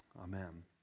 Amen